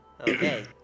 Okay